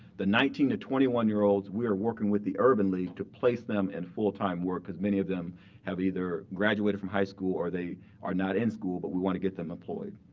the nineteen to twenty one year olds, we are working with the urban league to place them in and full time work, because many of them have either graduated from high school or they are not in school, but we want to get them employed.